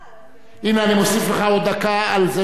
הנה אני מוסיף לך עוד דקה על זה שהפריעו לך,